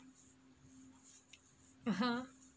(uh huh)